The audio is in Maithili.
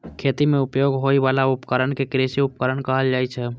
खेती मे उपयोग होइ बला उपकरण कें कृषि उपकरण कहल जाइ छै